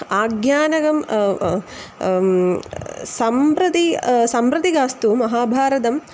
आख्यानकं सम्प्रति सम्प्रतिकास्तु महाभारतम्